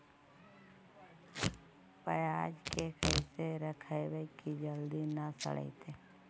पयाज के कैसे रखबै कि जल्दी न सड़तै?